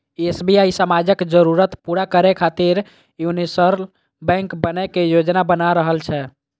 SBI समाजक जरूरत पूरा करै खातिर यूनिवर्सल बैंक बनै के योजना बना रहल छै